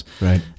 right